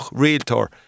realtor